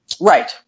right